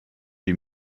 die